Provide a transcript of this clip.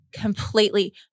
completely –